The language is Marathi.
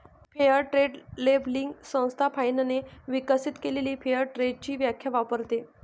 फेअर ट्रेड लेबलिंग संस्था फाइनने विकसित केलेली फेअर ट्रेडची व्याख्या वापरते